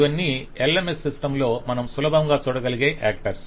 ఇవన్నీLMS system లో మనం సులభంగా చూడగలిగే యాక్టర్స్